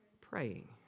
Praying